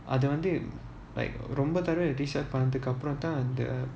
அது வந்து:athu vanthu like ரொம்ப தடவ:romba thadava restart பண்ணதுக்கு அப்புறம் தான்:pannathuku appuram thaan